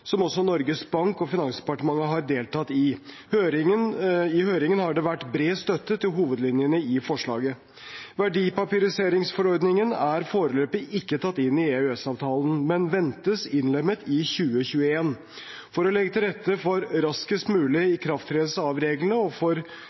som også Norges Bank og Finansdepartementet har deltatt i. I høringen har det vært bred støtte til hovedlinjene i forslaget. Verdipapiriseringforordningen er foreløpig ikke tatt inn i EØS-avtalen, men ventes innlemmet i 2021. For å legge til rette for raskest mulig ikrafttredelse av reglene og for